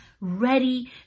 ready